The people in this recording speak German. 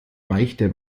beichte